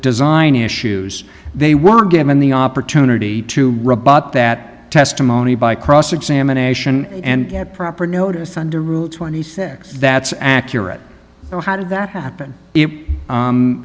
design issues they were given the opportunity to rebut that testimony by cross examination and proper notice under rule twenty six that's accurate but how did that happen